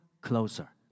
closer